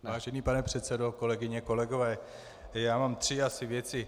Vážený pane předsedo, kolegyně, kolegové, já mám asi tři věci.